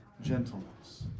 gentleness